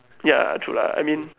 ya true lah I mean